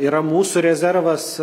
yra mūsų rezervas